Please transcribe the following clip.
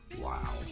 wow